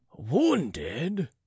Wounded